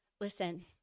listen